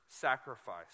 sacrifice